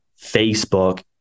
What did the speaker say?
Facebook